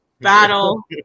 battle